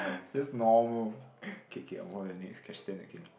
that's normal okay okay I'll move on to the next question okay